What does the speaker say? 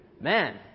man